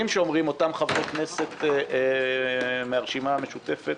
שאומרים אותם חברי כנסת מהרשימה המשותפת